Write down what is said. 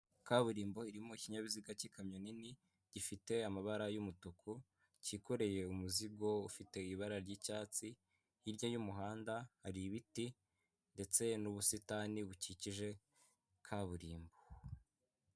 Kaburimbo irimo ikinyabiziga cy'ikamyo nini gifite amabara y'umutuku cyikoreye umuzigo ufite ibara ry'icyatsi, hirya y'umuhanda hari ibiti ndetse n'ubusitani bukikije kaburimbo.